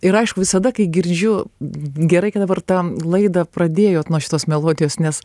ir aišku visada kai girdžiu gerai kad dabar tą laidą pradėjot nuo šitos melodijos nes